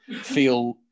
feel